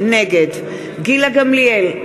נגד גילה גמליאל,